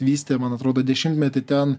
vystė man atrodo dešimtmetį ten